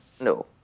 No